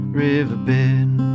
riverbed